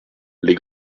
les